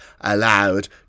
allowed